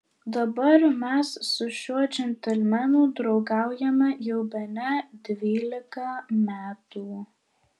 dabar mes su šiuo džentelmenu draugaujame jau bene dvylika metų